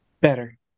better